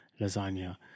lasagna